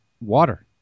water